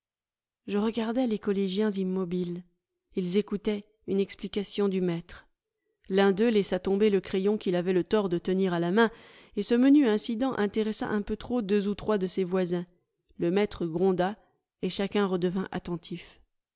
je regardais les collégiens immobiles ils écoutaient une explication du maître l'un d'eux laissa tomber le crayon qu'il avait le tort de tenir à la main et ce menu incident intéressa un peu trop deux ou trois de ses voisins le maître gronda et chacun redevint attentif